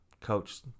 coach